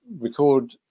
record